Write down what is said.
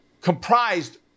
comprised